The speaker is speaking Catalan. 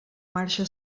marxa